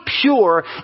pure